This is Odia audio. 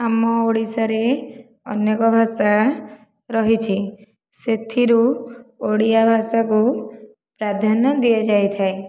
ଆମ ଓଡ଼ିଶାରେ ଅନେକ ଭାଷା ରହିଛି ସେଥିରୁ ଓଡ଼ିଆ ଭାଷାକୁ ପ୍ରାଧାନ୍ୟ ଦିଆଯାଇଥାଏ